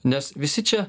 nes visi čia